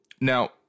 now